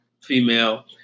female